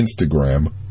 Instagram